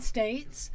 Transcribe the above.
States